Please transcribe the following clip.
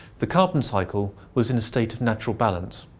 the carbon cycle was in a state of natural balance.